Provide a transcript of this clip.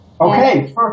Okay